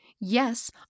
yes